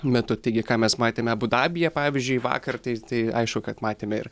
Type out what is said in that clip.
metu taigi ką mes matėme abu dabyje pavyzdžiui vakar tai tai aišku kad matėme ir